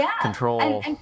control